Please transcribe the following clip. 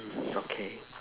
okay